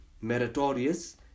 meritorious